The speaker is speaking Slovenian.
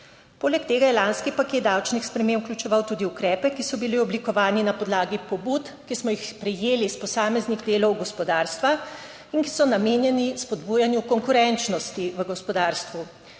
Poleg tega je lanski paket davčnih sprememb vključeval tudi ukrepe, ki so bili oblikovani na podlagi pobud, ki smo jih sprejeli iz posameznih delov gospodarstva in ki so namenjeni spodbujanju konkurenčnosti v gospodarstvu.